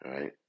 right